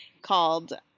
called